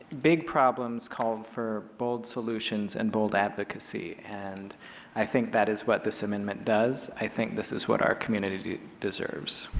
big problems call for bold solutions and bold advocacy. and i think that is what this amendment does. i think this is what our community deserves.